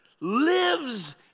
lives